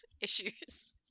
Issues